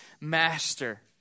Master